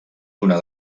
una